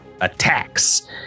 attacks